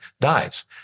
dies